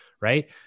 right